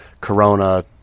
Corona